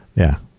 yeah.